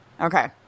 Okay